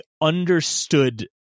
understood